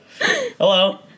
Hello